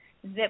zip